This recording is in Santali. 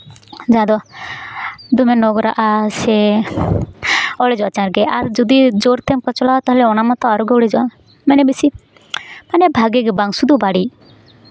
ᱡᱟᱦᱟᱸ ᱫᱚ ᱫᱚᱢᱮ ᱱᱳᱝᱨᱟᱜᱼᱟ ᱥᱮ ᱚᱲᱮᱡᱚᱜᱼᱟ ᱪᱟᱬᱜᱮ ᱟᱨ ᱡᱩᱫᱤ ᱡᱳᱨᱛᱮᱢ ᱠᱚᱪᱞᱟᱣᱟ ᱚᱱᱟ ᱛᱚ ᱟᱨᱜᱮ ᱚᱲᱮᱡᱚᱜᱼᱟ ᱢᱟᱱᱮ ᱵᱮᱥᱤ ᱢᱟᱱᱮ ᱵᱷᱟᱜᱮ ᱜᱮ ᱵᱟᱝ ᱥᱩᱫᱷᱩ ᱵᱟᱹᱲᱤᱡ